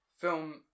film